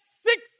six